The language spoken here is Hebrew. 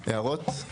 הערות?